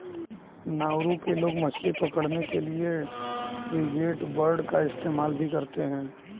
Nauru के लोग मछली पकड़ने के लिए फ्रिगेटबर्ड का इस्तेमाल भी करते हैं